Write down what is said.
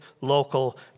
local